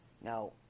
Now